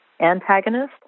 antagonist